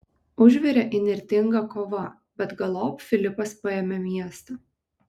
užvirė įnirtinga kova bet galop filipas paėmė miestą